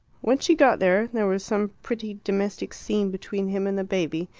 when she got there, there was some pretty domestic scene between him and the baby,